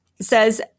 says